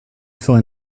ferai